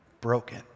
broken